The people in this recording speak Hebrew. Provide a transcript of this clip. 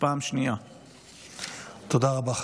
תודה רבה.